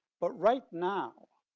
but right now,